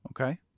Okay